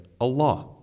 Allah